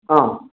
ಹಾಂ